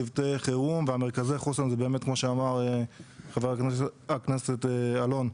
צוותי חירום ומרכזי החוסן הזה באמת כמו שאמר חבר הכנסת אלון,